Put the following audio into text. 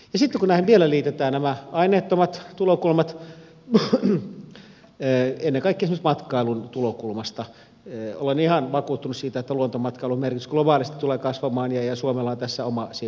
ja sitten kun näihin vielä liitetään nämä aineettomat tulokulmat ennen kaikkea esimerkiksi matkailun tulokulmasta olen ihan vakuuttunut siitä että luontomatkailun merkitys globaalisti tulee kasvamaan ja suomella on tässä oma siivunsa saatavana